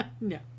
no